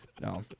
No